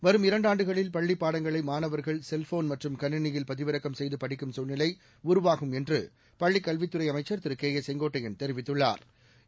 வரும் இரண்டாண்டுகளில் பள்ளிப் பாடங்களை மாணவர்கள் செல்ஃபோன் மற்றும் கனிணியில் பதிவிறக்கம் செய்து படிக்கும் சூழ்நிலை உருவாகும் என்று என்று பள்ளிக்கல்வித்துறை அமைச்சா் திரு கே ஏ செங்கோட்டையன் தெரிவித்துள்ளாா்